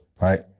right